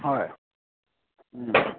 হয়